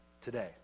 today